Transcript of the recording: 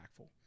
impactful